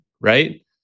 right